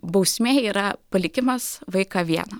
bausmė yra palikimas vaiką vieną